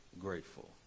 grateful